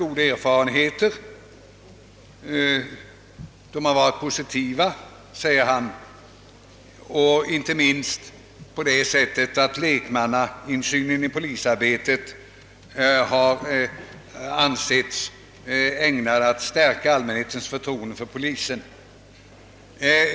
Dessa har inte minst varit positiva, säger han, på det sättet att lekmannainsynen i polisarbetet har ansetts ägnat att stärka allmänhetens förtroende för polisen.